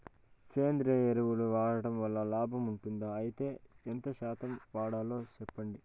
సేంద్రియ ఎరువులు వాడడం వల్ల లాభం ఉంటుందా? అయితే ఎంత శాతం వాడాలో చెప్పండి?